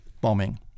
bombing